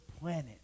planet